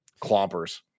clompers